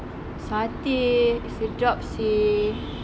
satay eh sedap seh